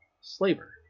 slaver